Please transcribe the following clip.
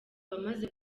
bamaze